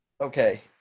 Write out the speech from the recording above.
Okay